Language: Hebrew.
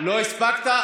לא הספקת?